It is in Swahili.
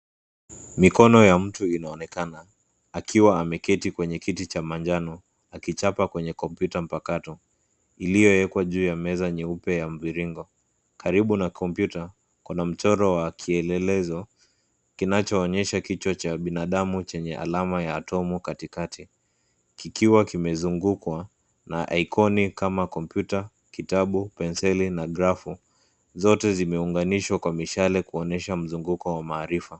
Mikono ya mtu inaonekana akiwa ameketi kwenye kiti cha manjano akichapa kwenye kompyuta mpaka iliyowekwa juu ya meza nyeupe ya mviringo, karibu na kompyuta, kuna mchoro wa kielelezo kinachoonyesha kichwa cha binadamu chenye alama ya atomu katikati kikiwa kimezungukwa na aikoni kama kompyuta, kitabu, penseli na grafu. Zote zimeunganishwa kwa mishale kuonyesha mzunguko wa maarifa.